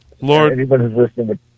Lord